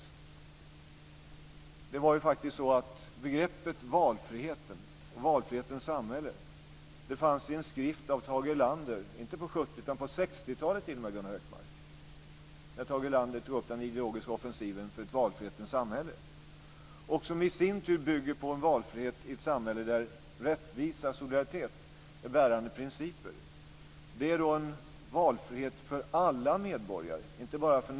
Begreppet valfrihetens samhälle fanns i en skrift av Tage Erlander, inte på 70-talet utan t.o.m. på 60-talet. Tage Erlander tog där upp den ideologiska offensiven för ett valfrihetens samhälle. Det bygger på ett samhälle där rättvisa och solidaritet är bärande principer. Det handlar om valfrihet för alla medborgare, inte bara några.